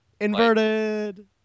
Inverted